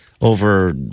over